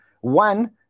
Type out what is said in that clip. one